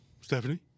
Stephanie